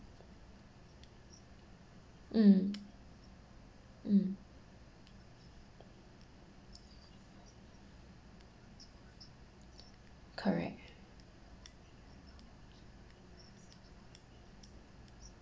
mm mm correct